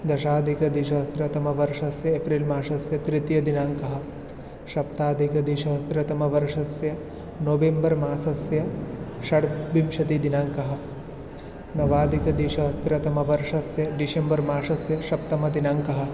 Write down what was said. दशाधिकद्विसहस्रतमवर्षस्य एप्रिल्मासस्य तृतीयदिनाङ्कः सप्ताधिकद्विसहस्रतमवर्षस्य नवेम्बर्मासस्य षड्विंशतिदिनाङ्कः नवाधिकद्विसहस्रतमवर्षस्य डिशेम्बर् मासस्य सप्तमदिनाङ्कः